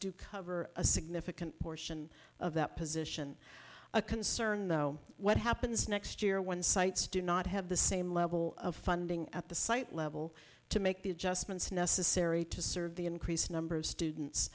do cover a significant portion of that position a concern though what happens next year when sites do not have the same level of funding at the sight level to make the adjustments necessary to serve the increased number of students